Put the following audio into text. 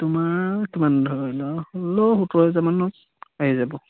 তোমাৰ কিমান ধৰি লোৱা ষোল্ল সোতৰ হাজাৰ মানত আহি যাব